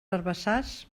herbassars